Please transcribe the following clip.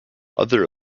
other